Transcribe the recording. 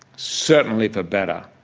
certainly for better,